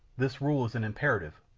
this rule is an imperative,